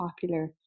popular